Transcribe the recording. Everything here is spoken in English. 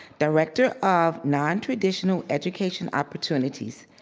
director of non-traditional education opportunities.